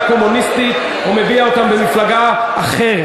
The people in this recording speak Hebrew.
קומוניסטית או מביע אותן במפלגה אחרת.